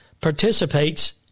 participates